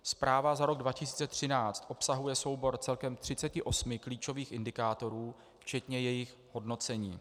Zpráva za rok 2013 obsahuje soubor celkem 38 klíčových indikátorů včetně jejich hodnocení.